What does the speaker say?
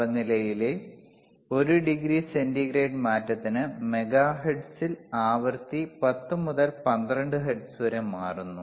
താപനിലയിലെ 1 degree centigrade മാറ്റത്തിന് മെഗാഹെർട്സിൽ ആവൃത്തി 10 മുതൽ 12 ഹെർട്സ് വരെ മാറുന്നു